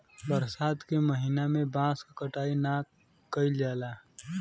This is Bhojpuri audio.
बरसात के महिना में बांस क कटाई ना कइल जाला